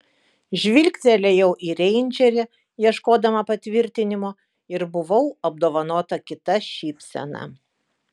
žvilgtelėjau į reindžerį ieškodama patvirtinimo ir buvau apdovanota kita šypsena